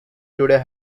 today